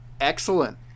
Excellent